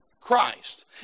Christ